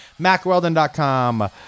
macweldon.com